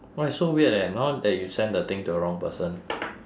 why so weird leh now that you send the thing to the wrong person